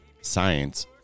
science